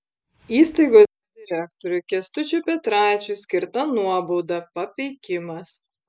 įstaigos direktoriui kęstučiui petraičiui skirta nuobauda papeikimas